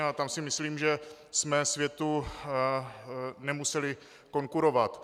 A tam si myslím, že jsme světu nemuseli konkurovat.